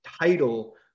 title